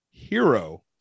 hero